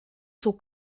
son